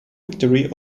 victory